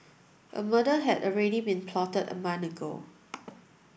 a murder had already been plotted a month ago